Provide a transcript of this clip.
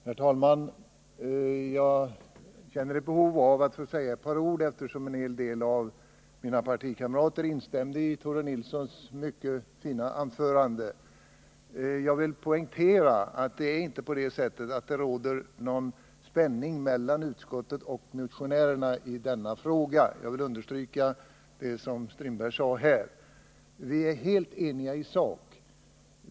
Herr talman! Jag känner behov av att säga ett par ord, eftersom en hel del av mina partikamrater instämde i Tore Nilssons mycket fina anförande. Jag vill poängtera vad Per-Olof Strindberg sade: Det råder ingen spänning mellan utskottet och motionärerna i denna fråga. Vi är helt eniga i sak.